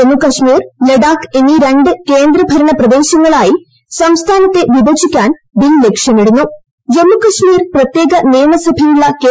ജമ്മുകാശ്മീർ ലഡാക്ക് എന്നീ രണ്ട് കേന്ദ്രഭരണപ്രദേശങ്ങളായി സംസ്ഥാനത്തെ വിഭജിക്കാൻ ബിൽ ജമ്മുകാശ്മീർ പ്രത്യേക നിയമസഭയുളള ലക്ഷ്യമിടുന്നു